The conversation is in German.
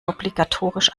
obligatorisch